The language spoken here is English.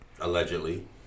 Allegedly